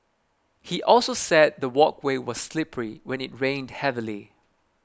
he also said the walkway was slippery when it rained heavily